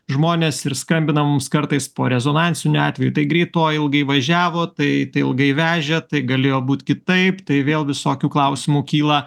žmonės ir skambina mums kartais po rezonansinių atvejų tai greitoji ilgai važiavo tai tai ilgai vežė tai galėjo būt kitaip tai vėl visokių klausimų kyla